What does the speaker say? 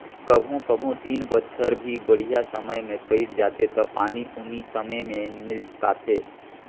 कभों कभों तीन बच्छर भी बड़िहा समय मे कइट जाथें त पानी उनी समे मे मिल पाथे